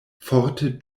forte